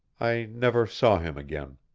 i never saw him again.